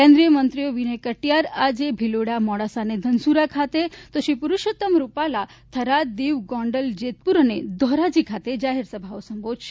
કેન્દ્રીય મંત્રીઓ વિનય કટીયાર આજે ભીલોડા મોડાસા અને ધનસુરા ખાતે તો શ્રી પરષોત્તમ રૂપાલા થરાદ દીવ ગોંડલ જેતપુર અને ધોરાજી ખાતે જાહેરસભાઓ સંબોધશે